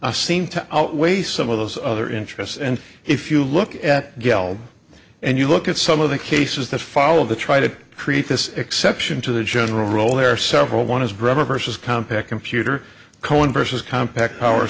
class seem to outweigh some of those other interests and if you look at gal and you look at some of the cases that follow the try to create this exception to the general rule there are several one is grammar versus compaq computer cohen versus compact power